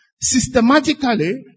systematically